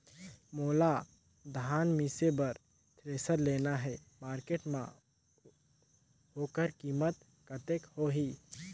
मोला धान मिसे बर थ्रेसर लेना हे मार्केट मां होकर कीमत कतेक होही?